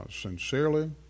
sincerely